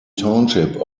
township